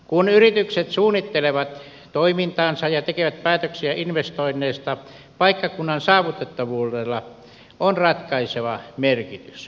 kun yritykset suunnittelevat toimintaansa ja tekevät päätöksiä investoinneista paikkakunnan saavutettavuudella on ratkaiseva merkitys